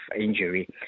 injury